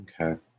Okay